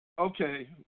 okay